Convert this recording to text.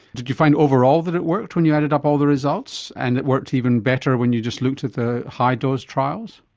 did you find overall that it worked when you added up all the results and it worked even better when you just looked at the high dose trials?